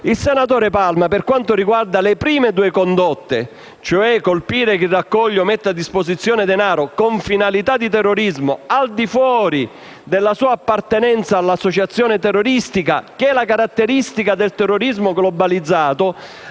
4. Con riferimento alle prime due condotte (ossia colpire chi raccoglie o mette a disposizione denaro con finalità di terrorismo, al di fuori della sua appartenenza all'associazione terroristica, che è la caratteristica del terrorismo globalizzato),